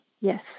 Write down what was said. Yes